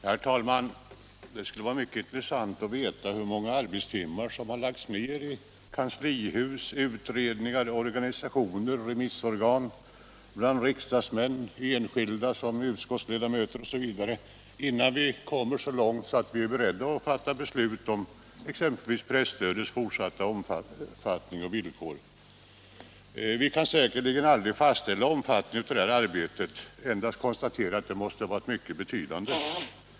Herr talman! Det skulle vara mycket intressant att veta hur många arbetstimmar som har lagts ner i kanslihuset, i utredningar, organisationer och remissorgan samt bland riksdagsmännen — enskilda eller utskottsrepresentanter — innan vi nu har kommit så långt att vi är beredda att fatta beslut om presstödets fortsatta omfattning och villkor. Vi kan säkerligen aldrig fastställa omfattningen av detta arbete, endast konstatera att det måste ha varit mycket betydande.